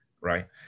right